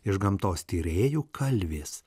iš gamtos tyrėjų kalvės